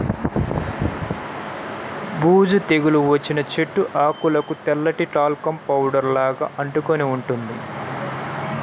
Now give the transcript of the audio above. బూజు తెగులు వచ్చిన చెట్టు ఆకులకు తెల్లటి టాల్కమ్ పౌడర్ లాగా అంటుకొని ఉంటుంది